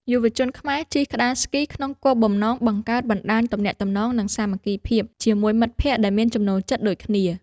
យុវជនខ្មែរជិះក្ដារស្គីក្នុងគោលបំណងបង្កើតបណ្ដាញទំនាក់ទំនង និងសាមគ្គីភាពជាមួយមិត្តភក្ដិដែលមានចំណូលចិត្តដូចគ្នា។